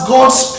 God's